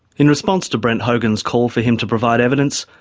in response to brent hogan's call for him to provide evidence,